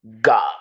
god